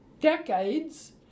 decades